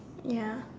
ya